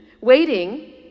waiting